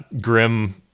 Grim